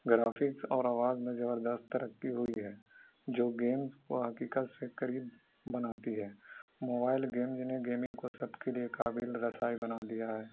graphics اور آواز میں زبردست ترقی ہوئی ہے جو گیمز کو حقیقت سے قریب بناتی ہے موبائل گیمز نے گیمنگ کو سب کے لیے قابل رسائی بنا دیا ہے